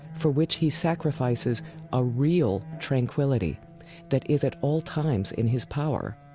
for which he sacrifices a real tranquility that is at all times in his power,